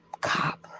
cop